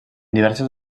diverses